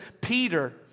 Peter